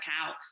out